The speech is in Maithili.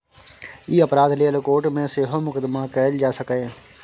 ई अपराध लेल कोर्ट मे सेहो मुकदमा कएल जा सकैए